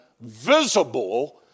visible